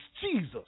Jesus